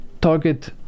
target